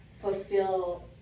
fulfill